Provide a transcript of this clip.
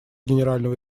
генерального